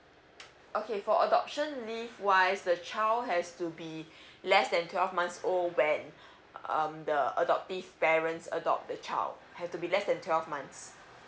okay for adoption leave wise the child has to be less than twelve months old when um the adoptive parents adopt the child have to be less than twelve months